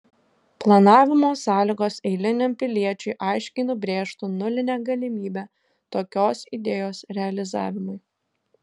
planavimo sąlygos eiliniam piliečiui aiškiai nubrėžtų nulinę galimybę tokios idėjos realizavimui